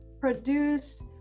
produce